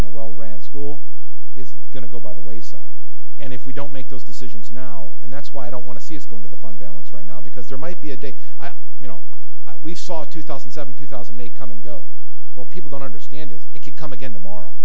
in a well ran school is going to go by the wayside and if we don't make those decisions now and that's why i don't want to see is going to the fund balance right now because there might be a day you know we saw two thousand and seven two thousand may come and go but people don't understand is if you come again tomorrow